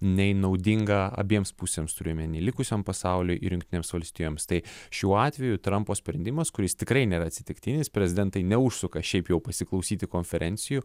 nei naudinga abiems pusėms turiu omeny likusiam pasauliui ir jungtinėms valstijoms tai šiuo atveju trampo sprendimas kuris tikrai nėra atsitiktinis prezidentai neužsuka šiaip jau pasiklausyti konferencijų